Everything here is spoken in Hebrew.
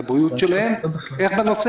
למה שלא תהיה הוראה